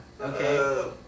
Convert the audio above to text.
okay